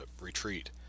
retreat